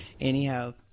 Anyhow